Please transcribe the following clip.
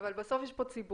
אבל בסוף יש פה ציבור.